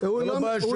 לא בעיה שלי.